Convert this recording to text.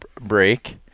break